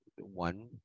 one